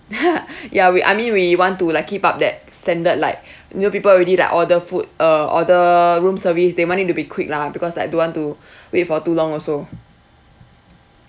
ya we I mean we want to like keep up that standard like you know people already like order food uh order room service they want it to be quick lah because like don't want to wait for too long also